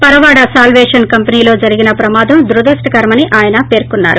పరవాడ సాల్వేషన్ కంపెనీలో జరిగిన ప్రమాదం దురదృష్ణకరమని అయన చెప్పారు